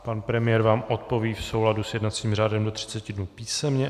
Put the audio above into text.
Pan premiér vám odpoví v souladu s jednacím řádem do 30 dnů písemně.